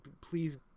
Please